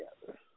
together